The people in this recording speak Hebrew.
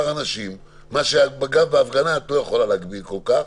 אנשים - מה שבהפגנה את לא יכולה להגביל כל כך,